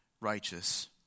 righteous